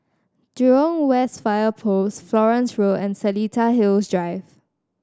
Jurong West Fire Post Florence Road and Seletar Hills Drive